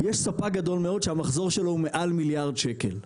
יש ספק גדול מאוד, שהמחזור שלו מעל מיליארד שקל.